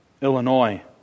Illinois